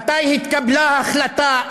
מתי התקבלה ההחלטה,